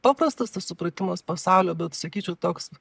paprastas tas supratimas pasaulio bet sakyčiau toks